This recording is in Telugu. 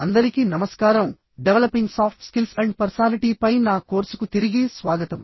అందరికీ నమస్కారం developing soft skills and personality పై నా కోర్సుకు తిరిగి స్వాగతం